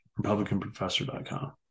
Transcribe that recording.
republicanprofessor.com